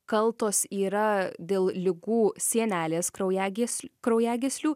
kaltos yra dėl ligų sienelės kraujagysl kraujagyslių